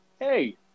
hey